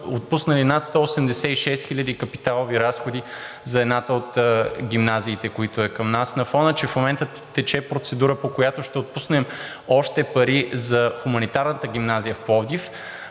отпуснали над 186 хиляди капиталови разходи за едната от гимназиите, които е към нас. На фона, че в момента тече процедура, по която ще отпуснем още пари за Хуманитарната гимназия в Пловдив,